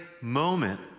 moment